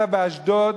באשדוד,